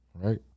right